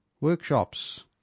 Workshops